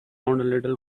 little